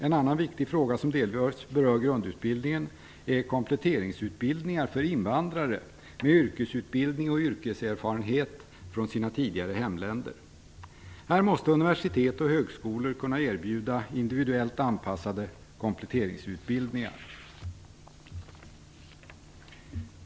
En annan viktig fråga som delvis berör grundutbildningen är kompletteringsutbildningar för invandrare med yrkesutbildning och yrkeserfarenhet från sina tidigare hemländer. Här måste universitet och högskolor kunna erbjuda individuellt anpassade kompletteringsutbildningar.